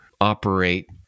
operate